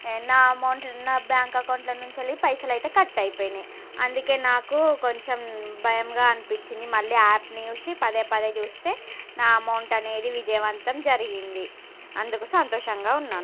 నా అమౌంట్ లో నా బ్యాంక్ అకౌంట్లో నుంచి పైసలైతే కట్ అయిపోయినాయి అందుకే నాకు కొంచెం భయంగా అనిపించింది మళ్ళీ ఆ యాప్ని చూసి పదే పదే చూస్తే నా అమౌంట్ అనేది విజయవంతం జరిగింది అందుకు సంతోషంగా ఉన్నాను